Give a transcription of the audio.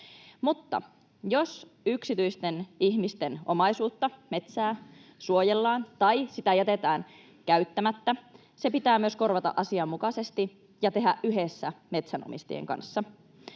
Mutta jos yksityisten ihmisten omaisuutta, metsää, suojellaan tai sitä jätetään käyttämättä, se pitää myös korvata asianmukaisesti ja tehdä yhdessä metsänomistajien kanssa.